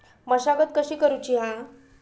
मशागत कशी करूची हा?